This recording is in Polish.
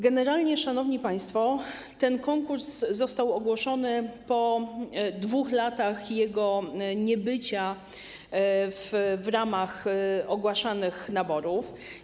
Generalnie, szanowni państwo, ten konkurs został ogłoszony po 2 latach jego niebycia w ramach ogłaszanych naborów.